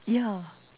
yeah